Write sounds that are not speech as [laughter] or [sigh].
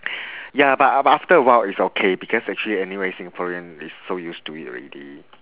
[breath] ya but but after a while it's okay because actually anyway singaporean they so used to it already